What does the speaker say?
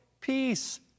peace